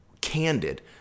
candid